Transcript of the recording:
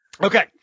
Okay